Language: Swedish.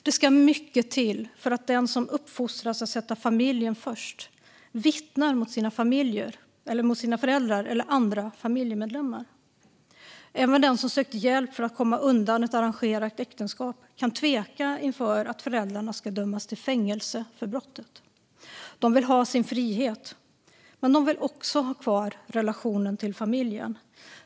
Det ska mycket till för att den som uppfostras att sätta familjen först vittnar mot sina föräldrar eller andra familjemedlemmar. Även den som sökt hjälp för att komma undan ett arrangerat äktenskap kan tveka inför att föräldrarna ska dömas till fängelse för brottet. De vill ha sin frihet, men de vill också ha kvar relationen till familjen.